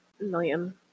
million